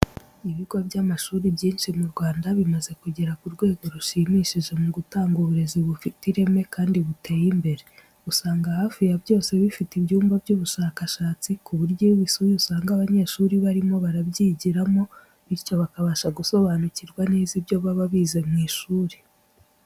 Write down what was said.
Ibigo by'amashuri byinshi mu Rwanda bimaze kugera ku rwego rushimishije mu gutanga uburezi bufite ireme kandi buteye imbere. Usanga hafi ya byose bifite ibyumba by'ubushakashatsi ku buryo iyo ubisuye usanga abanyeshuri barimo babyigiramo, bityo bakabasha gusobanukirwa neza ibyo baba bize mu ishuri.